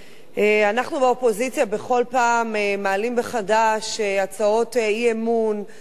אנחנו באופוזיציה מעלים הצעות אי-אמון בכל